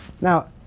Now